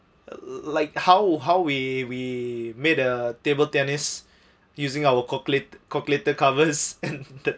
like how how we we made a table tennis using our calculate calculator covers and